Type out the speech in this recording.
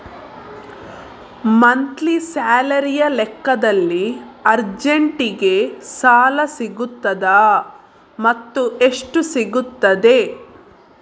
Monthly ಸ್ಯಾಲರಿಯ ಲೆಕ್ಕದಲ್ಲಿ ಅರ್ಜೆಂಟಿಗೆ ಸಾಲ ಸಿಗುತ್ತದಾ ಮತ್ತುಎಷ್ಟು ಸಿಗುತ್ತದೆ?